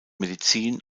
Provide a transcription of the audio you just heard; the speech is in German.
medizin